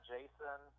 Jason